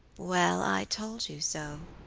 well, i told you so,